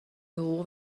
حقوق